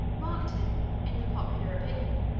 marked him, in the popular opinion,